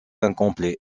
incomplet